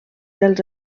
dels